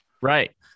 right